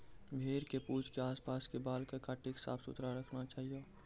भेड़ के पूंछ के आस पास के बाल कॅ काटी क साफ सुथरा रखना चाहियो